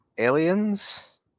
Aliens